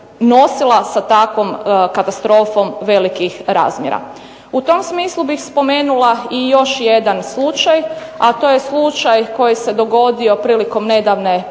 sa takvom katastrofom velikih razmjera. U tom smislu bih spomenula i još jedan slučaj, a to je slučaj koji se dogodio prilikom nedavne poplave,